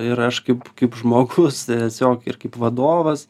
ir aš kaip kaip žmogus tiesiog ir kaip vadovas